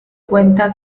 cuenta